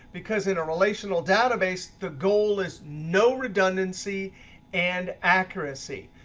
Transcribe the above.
because in a relational database, the goal is no redundancy and accuracy.